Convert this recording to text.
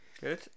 Good